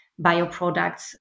bioproducts